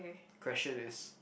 question is